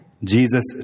Jesus